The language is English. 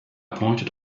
pointed